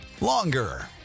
longer